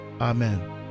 amen